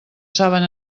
saben